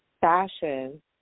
fashion